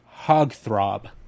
Hogthrob